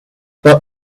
but